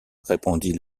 répondit